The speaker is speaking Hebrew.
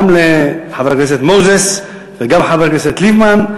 גם לחבר הכנסת מוזס וגם לחבר הכנסת ליפמן.